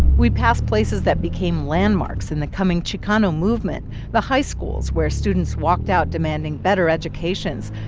we pass places that became landmarks in the coming chicano movement the high schools where students walked out demanding better educations,